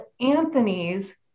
anthony's